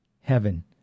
heaven